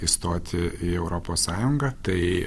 įstoti į europos sąjungą tai